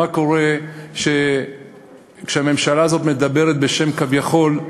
מה קורה כשהממשלה הזאת מדברת בשם, כביכול,